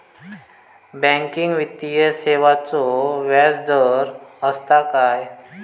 Banking वित्तीय सेवाचो व्याजदर असता काय?